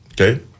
Okay